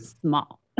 small